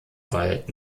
wald